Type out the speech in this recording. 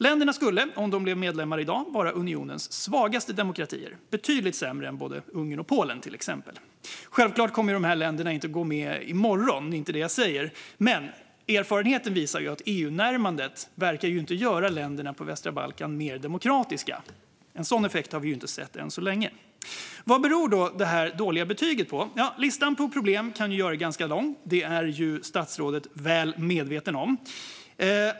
Länderna skulle om de blev medlemmar i dag vara unionens svagaste demokratier - betydligt sämre än både Ungern och Polen, till exempel. Självklart kommer dessa länder inte att gå med i morgon, det är inte det jag säger, men erfarenheten visar ju att EU-närmandet inte verkar göra länderna på västra Balkan mer demokratiska. En sådan effekt har vi än så länge inte sett. Vad beror då det dåliga betyget på? Listan på problem kan göras ganska lång; det är statsrådet väl medveten om.